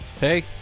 Hey